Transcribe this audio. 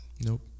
Nope